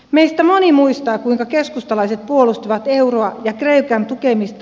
meistä moni muistaa kuinka keskustalaiset puolustivat euroa ja kreikan tukemista